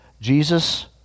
Jesus